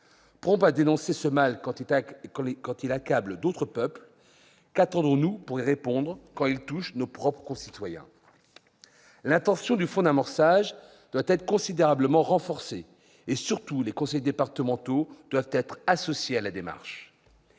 Prompts à dénoncer ce mal quand il accable d'autres peuples, qu'attendons-nous pour y répondre quand il touche nos propres concitoyens ? L'intention du fonds d'amorçage doit être considérablement renforcée et, surtout, les conseils départementaux doivent être associés à la démarche.